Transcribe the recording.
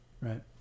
right